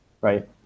right